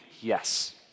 yes